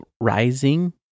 rising